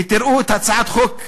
ותראו את הצעת החוק שבפנינו.